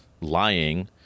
lying